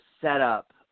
setup